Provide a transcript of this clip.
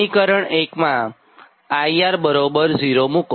સમીકરણ 1 માં IR 0 મુકો